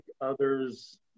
others